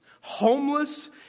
homeless